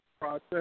process